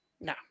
No